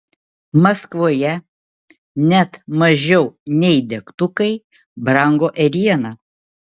maskvoje net mažiau nei degtukai brango ėriena